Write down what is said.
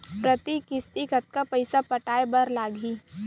प्रति किस्ती कतका पइसा पटाये बर लागही?